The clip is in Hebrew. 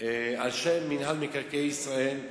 על שם מינהל מקרקעי ישראל,